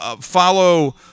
follow